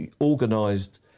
organised